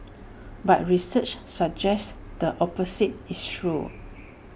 but research suggests the opposite is true